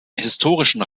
historischen